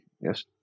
Yes